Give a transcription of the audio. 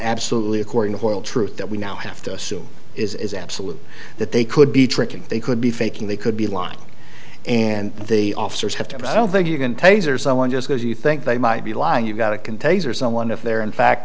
absolutely according to hoyle truth that we now have to assume is absolute that they could be tricking they could be faking they could be lying and the officers have to press don't think you can taser someone just because you think they might be lying you've got a container someone if they're in fact